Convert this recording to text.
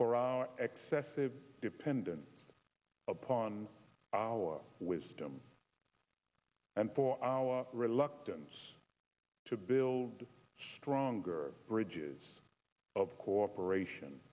for our excessive dependence upon our wisdom and for our reluctance to build stronger bridges of cooperation